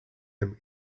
him